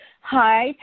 hi